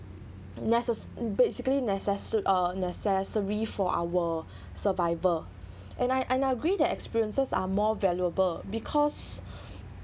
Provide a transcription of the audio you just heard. necess~ basically necess~ uh necessary for our survival and I I agree that experiences are more valuable because